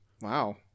Wow